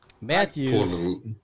Matthews